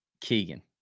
Keegan